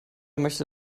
möchte